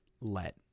let